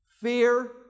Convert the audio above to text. fear